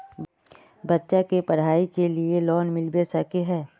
बच्चा के पढाई के लिए लोन मिलबे सके है?